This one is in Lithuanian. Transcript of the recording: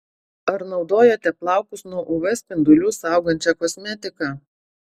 ar naudojate plaukus nuo uv spindulių saugančią kosmetiką